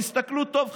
תסתכלו טוב,